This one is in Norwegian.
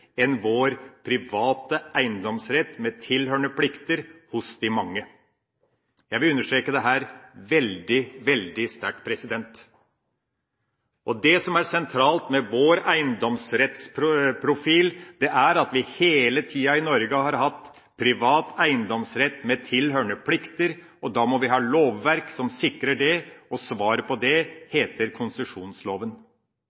en tradisjon som historisk og internasjonalt har vist seg å ha mye større svakheter enn vår private eiendomsrett med tilhørende plikter hos de mange. Jeg vil understreke dette veldig, veldig sterkt. Det som er sentralt med vår eiendomsrettsprofil, er at vi hele tida i Norge har hatt privat eiendomsrett med tilhørende plikter, og da må vi ha lovverk som sikrer det. Svaret på det